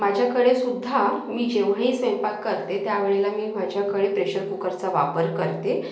माझ्याकडे सुद्धा मी ज्यावेळी स्वयंपाक करते त्या वेळेला मी माझ्याकळे प्रेशर कुकरचा वापर करते